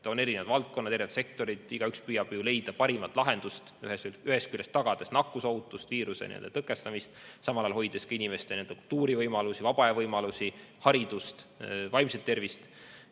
on erinevad valdkonnad, erinevad sektorid. Igaüks püüab ju leida parimat lahendust, ühest küljest tagades nakkusohutust, viiruse tõkestamist, samal ajal hoides ka inimeste kultuurivõimalusi, vaba aja veetmise võimalusi, haridust, vaimset tervist.